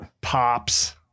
Pops